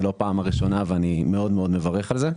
זאת לא פעם ראשונה ואני מאוד מאוד מברך על זה.